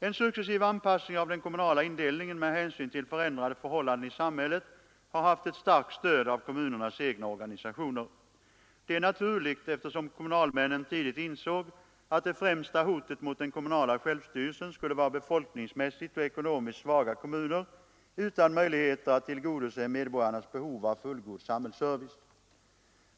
En successiv anpassning av den kommunala indelningen med hänsyn till förändrade förhållanden i samhället har haft ett starkt stöd av kommunernas egna organisationer. Det är naturligt eftersom kommunalmännen tidigt insåg att det främsta hotet mot den kommunala självstyrelsen skulle vara befolkningsmässigt och ekonomiskt svaga kommuner utan möjligheter att tillgodose medborgarnas behov av fullgod samhällsservice.